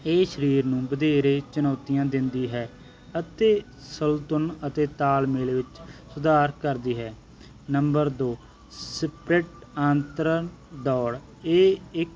ਇਹ ਸਰੀਰ ਨੂੰ ਵਧੇਰੇ ਚੁਣੌਤੀਆਂ ਦਿੰਦੀ ਹੈ ਅਤੇ ਸੰਤੁਲਨ ਅਤੇ ਤਾਲਮੇਲ ਵਿੱਚ ਸੁਧਾਰ ਕਰਦੀ ਹੈ ਨੰਬਰ ਦੋ ਸਪਿਟ ਅੰਤਰਿਨ ਦੌੜ ਇਹ ਇੱਕ